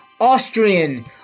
Austrian-